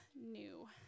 new